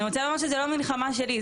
אני רוצה לומר שזו לא מלחמה שלי,